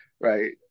right